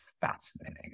fascinating